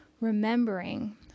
Remembering